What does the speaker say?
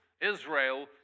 Israel